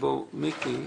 אתה